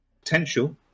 potential